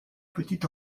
petit